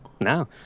No